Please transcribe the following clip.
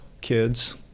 kids